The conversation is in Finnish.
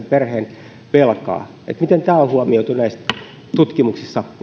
perheen velkaa miten tämä on huomioitu tutkimuksissa